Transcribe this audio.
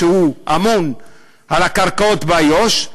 שהוא אמון על הקרקעות באיו"ש,